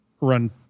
run